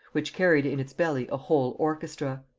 which carried in its belly a whole orchestra.